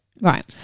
right